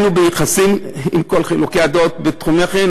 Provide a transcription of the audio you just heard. עם כל חילוקי הדעות בתחומי חיינו,